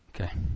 Okay